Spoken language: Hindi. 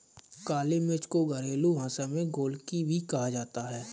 काली मिर्च को घरेलु भाषा में गोलकी भी कहा जाता है